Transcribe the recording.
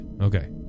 okay